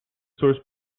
source